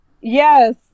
Yes